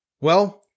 Well